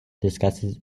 discusses